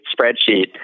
spreadsheet